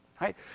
Right